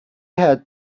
had